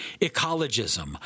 ecologism